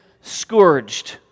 scourged